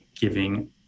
giving